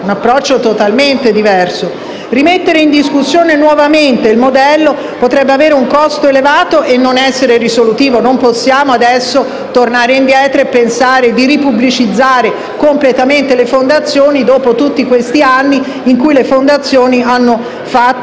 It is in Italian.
un approccio totalmente diverso: rimettere in discussione nuovamente il modello potrebbe avere un costo elevato e non essere risolutivo. Non possiamo adesso tornare indietro e pensare di ripubblicizzare completamente le fondazioni dopo tutti gli anni in cui le stesse hanno fatto